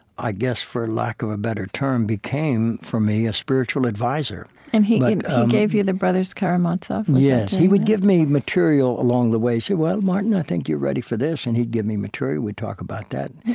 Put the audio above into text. i guess, for lack of a better term, became for me a spiritual advisor and he gave you the brothers karamazov? yes, he would give me material along the way, say, well, martin, i think you're ready for this. and he'd give me material, we'd talk about that,